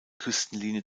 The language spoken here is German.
küstenlinie